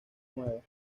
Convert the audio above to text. nuevas